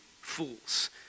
fools